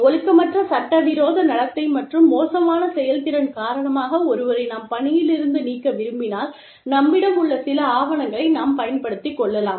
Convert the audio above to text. ஒழுக்கமற்ற சட்டவிரோத நடத்தை மற்றும் மோசமான செயல்திறன் காரணமாக ஒருவரை நாம் பணியிலிருந்து நீக்க விரும்பினால் நம்மிடம் உள்ள சில ஆவணங்களை நாம் பயபடுத்திக்கொள்ளலாம்